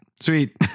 sweet